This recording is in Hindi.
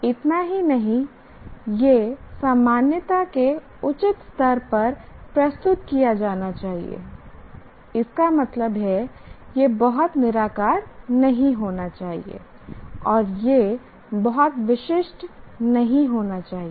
इतना ही नहीं यह सामान्यता के उचित स्तर पर प्रस्तुत किया जाना चाहिए इसका मतलब है यह बहुत निराकार नहीं होना चाहिए और यह बहुत विशिष्ट नहीं होना चाहिए